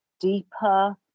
deeper